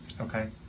Okay